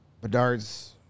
Bedard's